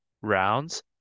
rounds